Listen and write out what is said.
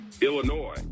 Illinois